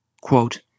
Quote